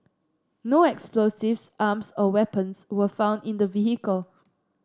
no explosives arms or weapons were found in the vehicle